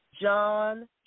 John